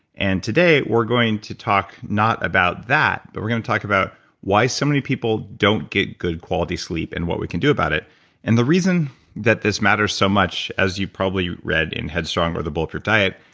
and today we're going to talk not about that, but we're gonna talk about why so many people don't get good quality sleep, and what we can do about it and the reason that this matters so much, as you probably read in headstrong or the bulletproof diet,